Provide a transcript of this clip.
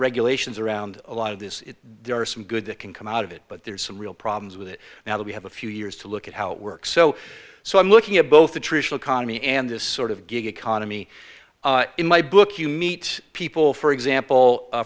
regulations around a lot of this there are some good that can come out of it but there are some real problems with it now that we have a few years to look at how it works so so i'm looking at both the traditional cami and this sort of gig economy in my book you meet people for